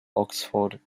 oxford